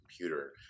computer